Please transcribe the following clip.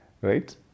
right